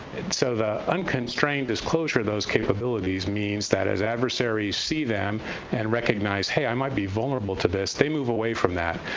so the unconstrained disclosure of those capabilities means that as adversaries see them and recognize, hey, i might be vulnerable to this, they move away from that,